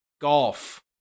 Golf